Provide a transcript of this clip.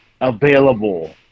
available